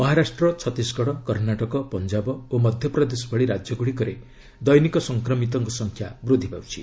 ମହାରାଷ୍ଟ୍ର ଛତିଶଗଡ଼ କର୍ଣ୍ଣାଟକ ପଞ୍ଜାବ ଓ ମଧ୍ୟପ୍ରଦେଶ ଭଳି ରାଜ୍ୟଗୁଡ଼ିକରେ ଦୈନିକ ସଂକ୍ରମିତଙ୍କ ସଂଖ୍ୟା ବୃଦ୍ଧି ପାଉଛି